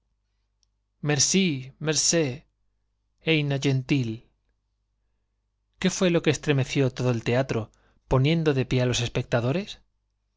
mercé cigno gntil qué fué lo que estremeció todo el teatro poniendo de pie á los espectadores algo